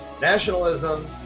Nationalism